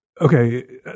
Okay